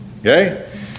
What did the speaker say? okay